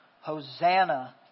Hosanna